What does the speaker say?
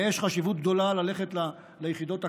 יש חשיבות גדולה ללכת ליחידות הקרביות,